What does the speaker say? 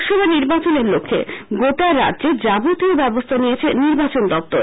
লোকসভা নির্বাচনের লক্ষ্যে গোটা রাজ্যে যাবতীয় ব্যবস্থা নিয়েছে নির্বাচন দপ্তর